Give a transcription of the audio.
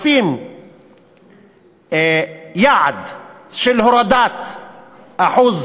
לשים יעד של הורדת אחוז